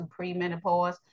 premenopause